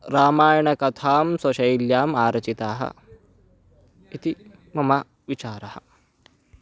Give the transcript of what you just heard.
रामायणकथां स्वशैल्याम् आरचिताः इति मम विचारः